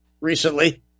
recently